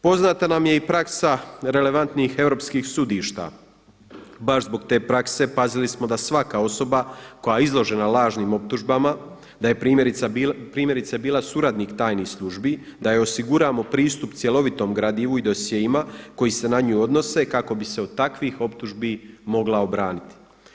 Poznata nam je i praksa relevantnih europskih sudišta, baš zbog te prakse pazili smo da svaka osoba koja je izložena lažnim optužbama, da je primjerice bila suradnik tajnih službi, da joj osiguramo pristup cjelovitom gradivu i dosjeima koji se na nju odnose kako bi se od takvih optužbi mogla obraniti.